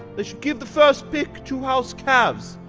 they should give the first pick to house cavs,